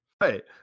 Right